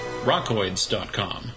rockoids.com